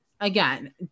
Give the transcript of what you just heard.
again